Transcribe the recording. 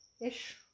ish